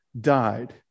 died